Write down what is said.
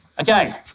Okay